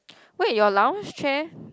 wait your lounge chair